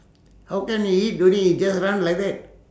how can you eat already just run like that